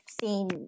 seen